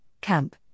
CAMP